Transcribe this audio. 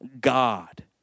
God